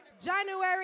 January